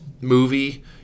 movie